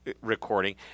recording